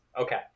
Okay